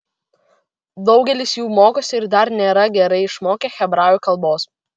daugelis jų mokosi ir dar nėra gerai išmokę hebrajų kalbos